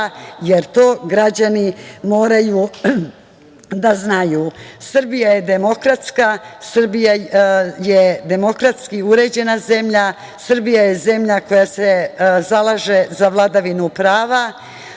jer to građani moraju da znaju. Srbija je demokratski uređena zemlja, Srbija je zemlja koja se zalaže za vladavinu prava,